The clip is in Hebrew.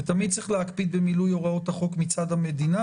תמיד צריך להקפיד במילוי הוראות החוק מצד המדינה,